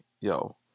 yo